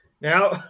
now